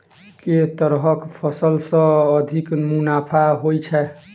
केँ तरहक फसल सऽ अधिक मुनाफा होइ छै?